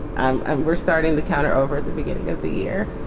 um and we're starting the counter over at the beginning of the year.